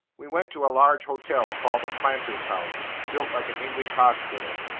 we went to a large hotel, called the planter's house built like an english hospital,